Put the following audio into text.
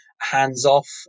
hands-off